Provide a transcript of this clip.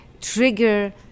trigger